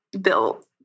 built